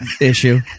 issue